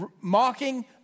mocking